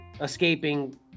escaping